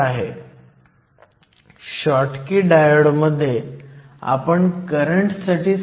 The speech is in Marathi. तर De जो इलेक्ट्रॉनचा डिफ्युजन गुणांक आहे तो काहीही नसून kTee आहे